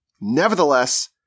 nevertheless